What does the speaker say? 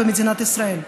במדינת ישראל,